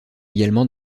également